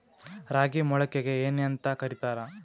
ರಾಗಿ ಮೊಳಕೆಗೆ ಏನ್ಯಾಂತ ಕರಿತಾರ?